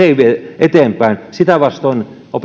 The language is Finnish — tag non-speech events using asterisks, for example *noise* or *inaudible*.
*unintelligible* ei vie eteenpäin sitä vastoin